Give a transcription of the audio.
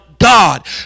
God